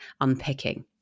unpicking